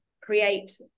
create